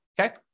okay